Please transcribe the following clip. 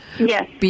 Yes